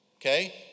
okay